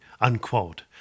unquote